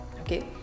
Okay